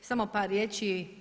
Samo par riječi.